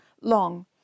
long